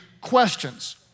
questions